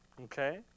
Okay